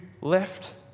left